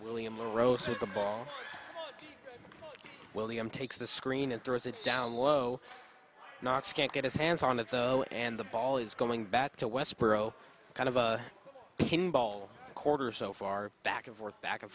william rosyth the ball william takes the screen and throws it down low knox can't get his hands on it though and the ball is going back to westboro kind of a pinball quarter so far back and forth back and